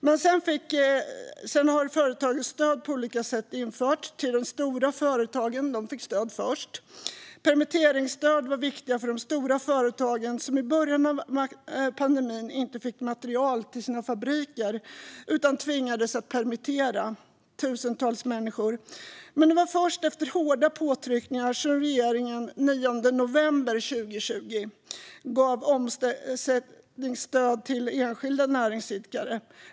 Men sedan har företagsstöd på olika sätt införts. De stora företagen fick stöd först. Permitteringsstöd var viktigt för de stora företagen, som i början av pandemin inte fick material till sina fabriker utan tvingades permittera tusentals människor. Men det var först efter hårda påtryckningar som regeringen den 9 november 2020 gav omsättningsstöd till enskilda näringsidkare.